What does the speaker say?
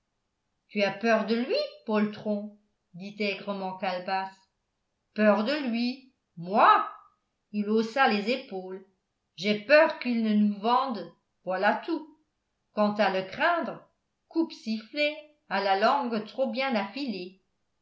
tu as peur de lui poltron dit aigrement calebasse peur de lui moi il haussa les épaules j'ai peur qu'il ne nous vende voilà tout quant à le craindre coupe sifflet a la langue trop bien affilée